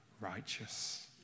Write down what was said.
righteous